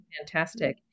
Fantastic